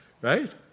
right